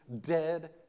dead